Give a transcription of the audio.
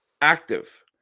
active